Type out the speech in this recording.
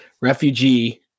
Refugee